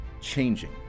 changing